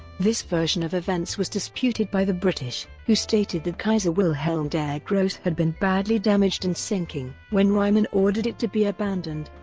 this version of events was disputed by the british, who stated that kaiser wilhelm der grosse had been badly damaged and sinking when reymann ordered it to be abandoned.